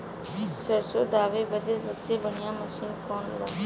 सरसों दावे बदे सबसे बढ़ियां मसिन कवन बा?